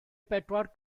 bedwar